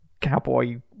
cowboy